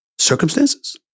Circumstances